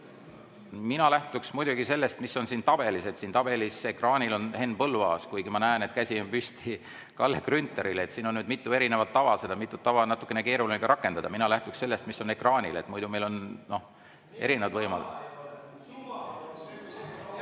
Mina lähtuks muidugi sellest, mis on siin tabelis. Siin tabelis, ekraanil on Henn Põlluaas, kuigi ma näen, et käsi on püsti Kalle Grünthalil. Siin on mitu erinevat tava, neid mitut tava on natukene keeruline rakendada. Mina lähtuksin sellest, mis on ekraanil, muidu meil on erinevad võimalused. (Saalist